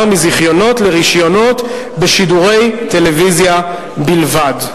מזיכיונות לרשיונות בשידורי טלוויזיה בלבד.